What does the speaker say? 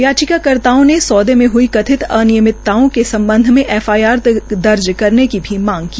याचिका कर्ताओं ने सौदे में हई कथित अनियमितताओं के सम्बध में एफआईआर दर्ज करने की भी मांग की